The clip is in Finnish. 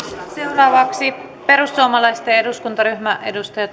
seuraavaksi perussuomalaisten eduskuntaryhmä edustaja